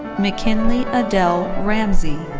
mckinlie adell ramsey.